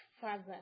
father